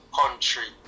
country